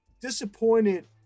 disappointed